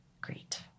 Great